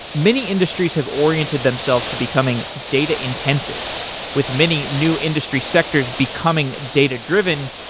many industries have oriented themselves to becoming data-intensive. with many new industry sectors becoming data-driven,